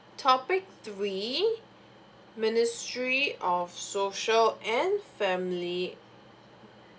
topic three ministry of social and family